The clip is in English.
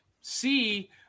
see